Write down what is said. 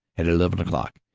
at eleven o'clock,